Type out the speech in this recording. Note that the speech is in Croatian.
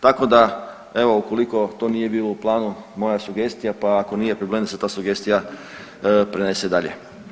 Tako da evo ukoliko to nije bilo u planu, moja sugestija, pa ako nije problem da se ta sugestija prenese dalje.